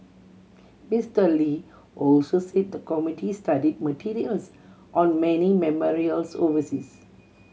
Mister Lee also said the committee studied materials on many memorials overseas